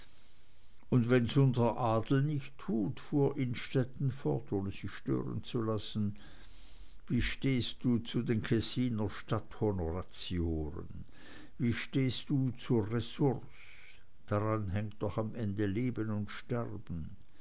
und wenn's unser adel nicht tut fuhr innstetten fort ohne sich stören zu lassen wie stehst du zu den kessiner stadthonoratioren wie stehst du zur ressource daran hängt doch am ende leben und sterben